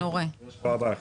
מרדכי כהן,